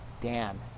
Dan